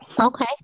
Okay